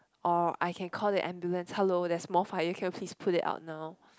or I can call the ambulance hello there's small fire please put it out now